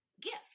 gift